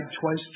twice